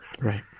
Right